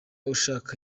ashaka